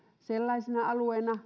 sellaisena alueena